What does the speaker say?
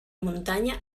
muntanya